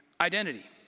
identity